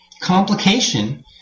complication